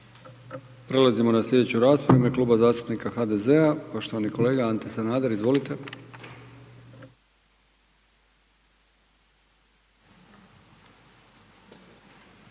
Prelazimo na slijedeću raspravu i ime Kluba zastupnika HDZ-a. Poštovani kolega Ante Sanader, izvolite.